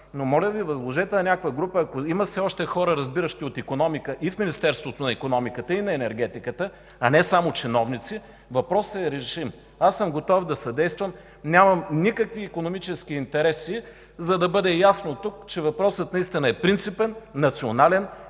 Моля Ви възложете на някаква група, ако има все още хора, разбиращи от икономика в Министерството на икономиката и на енергетиката, а не само чиновници, въпросът е решим. Аз съм готов да съдействам. Нямам никакви икономически интереси, за да бъде ясно тук, че въпросът наистина е принципен, национален